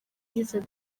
yves